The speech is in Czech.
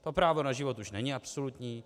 A právo na život už není absolutní.